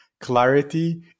Clarity